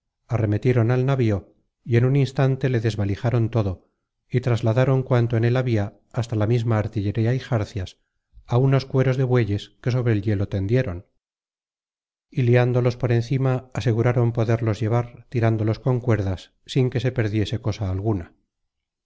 arremetieron al navío y en un instante le desbalijaron todo y trasladaron cuanto en él habia hasta la misma artillería y jarcias á unos cueros de bueyes que sobre el hielo tendieron y liándolos por encima aseguraron poderlos llevar tirándolos con cuerdas sin que se perdiese cosa alguna